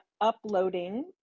uploading